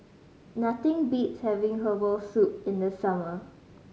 nothing beats having herbal soup in the summer